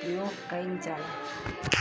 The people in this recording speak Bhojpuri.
प्रयोग कइलजाला?